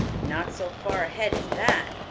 not so far ahead as that,